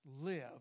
live